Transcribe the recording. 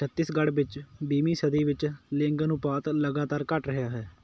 ਛੱਤੀਸਗੜ੍ਹ ਵਿੱਚ ਵੀਹਵੀਂ ਸਦੀ ਵਿੱਚ ਲਿੰਗ ਅਨੁਪਾਤ ਲਗਾਤਾਰ ਘੱਟ ਰਿਹਾ ਹੈ